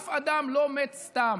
אף אדם לא מת סתם.